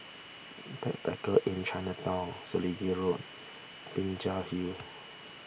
Backpackers Inn Chinatown Selegie Road Binjai Hill